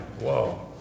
Whoa